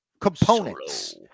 Components